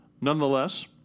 Nonetheless